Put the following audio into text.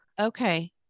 Okay